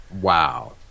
Wow